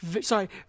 Sorry